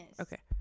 okay